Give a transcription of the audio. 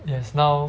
yes now